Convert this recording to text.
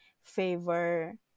favor